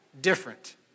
different